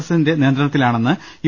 A സിന്റെ നിയന്ത്രണത്തിലാണെന്ന് U